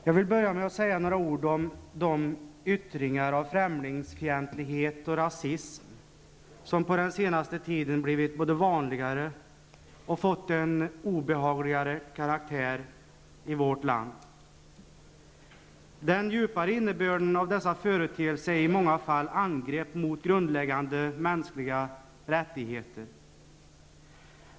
Jag vill börja med att säga några ord om de yttringar av främlingsfientlighet och rasism som under den senaste tiden har blivit vanligare och fått en obehagligare karaktär i vårt land. Den djupare innebörden av dessa företeelser är i många fall angrepp mot grundläggande mänskliga rättigheter.